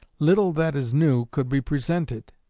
little that is new could be presented.